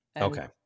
Okay